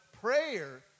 prayer